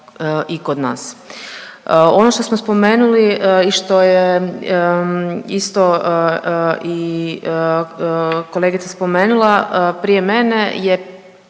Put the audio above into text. i kod nas. Ono što smo spomenuli i što je isto i kolegica spomenula prije mene je